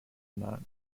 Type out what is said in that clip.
not